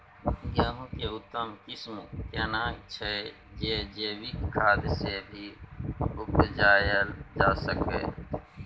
गेहूं के उत्तम किस्म केना छैय जे जैविक खाद से भी उपजायल जा सकते?